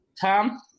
Tom